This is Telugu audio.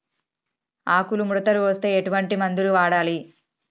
ఆకులు ముడతలు వస్తే ఎటువంటి మందులు వాడాలి?